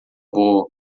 boa